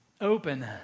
Open